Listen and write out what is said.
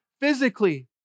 physically